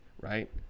right